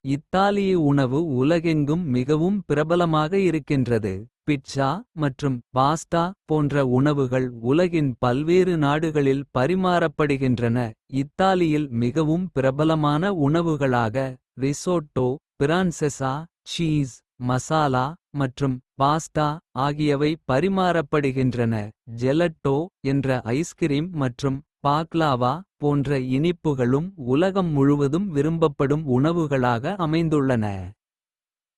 இத்தாலிய உணவு உலகெங்கும் மிகவும் பிரபலமாக இருக்கின்றது. பிட்ஸா மற்றும் பாஸ்தா போன்ற. உணவுகள் உலகின் பல்வேறு நாடுகளில் பரிமாறப்படுகின்றன. இத்தாலியில் மிகவும் பிரபலமான உணவுகளாக "ரிசோட்டோ. பிரான்செசா மசாலா மற்றும் பாஸ்தா. ஆகியவை பரிமாறப்படுகின்றன ஜெலட்டோ. என்ற ஐஸ்கிரீம் மற்றும் பாக்லாவா போன்ற இனிப்புகளும். உலகம் முழுவதும் விரும்பப்படும் உணவுகளாக அமைந்துள்ளன.